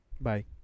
Bye